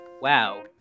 wow